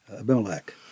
Abimelech